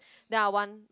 then I want